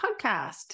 podcast